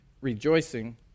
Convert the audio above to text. Rejoicing